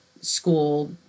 school